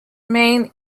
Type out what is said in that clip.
main